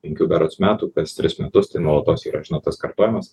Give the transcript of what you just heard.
penkių berods metų kas tris metus tai nuolatos yra žinot tas kartojimas